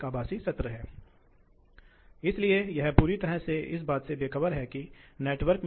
अब क्या होता है यदि आप एक चर गति ड्राइव करते हैं